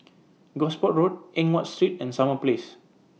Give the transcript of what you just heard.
Gosport Road Eng Watt Street and Summer Place